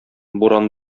буран